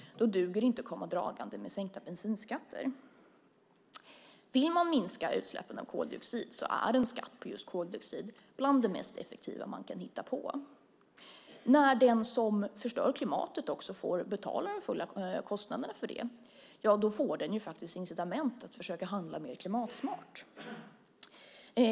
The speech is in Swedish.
Då duger det inte att komma dragande med sänkta bensinskatter. Vill man minska utsläppen av koldioxid är en skatt på just koldioxid bland det mest effektiva man kan hitta på. När den som förstör klimatet också får betala de fulla kostnaderna för det får den personen faktiskt incitament för att försöka handla mer klimatsmart.